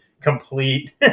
complete